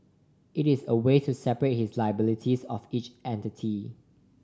it is a way to separate the liabilities of each entity